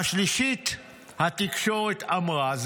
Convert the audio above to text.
השלישית, התקשורת, אמרה.